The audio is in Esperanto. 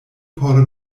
por